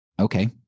Okay